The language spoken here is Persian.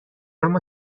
اما